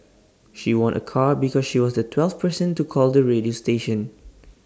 she won A car because she was the twelfth person to call the radio station